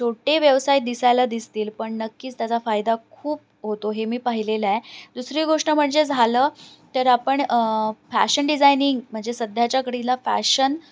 छोटे व्यवसाय दिसायला दिसतील पण नक्कीच त्याचा फायदा खूप होतो हे मी पाहिलेलं आहे दुसरी गोष्ट म्हणजे झालं तर आपण फॅशन डिझायनिंग म्हणजे सध्याच्या घडीला फॅशन